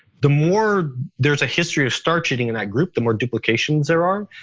the more there's a history of starch eating in that group, the more duplications there are.